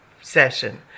session